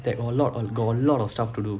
there are a lot of got a lot of stuff to do